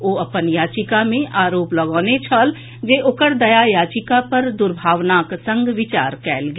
ओ अपन याचिका मे आरोप लगौने छल जे ओकर दया याचिका पर दुर्भावनाक संग विचार कयल गेल